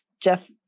Jeff